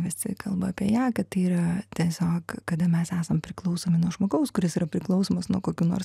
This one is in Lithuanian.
visi kalba apie ją kad tai yra tiesiog kada mes esam priklausomi nuo žmogaus kuris yra priklausomas nuo kokių nors